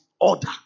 Order